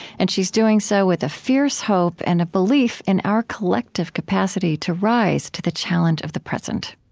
and she is doing so with a fierce hope and a belief in our collective capacity to rise to the challenge of the present